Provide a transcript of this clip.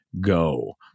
go